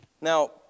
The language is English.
Now